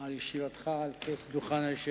על ישיבתך על כס היושב-ראש.